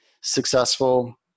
successful